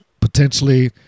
potentially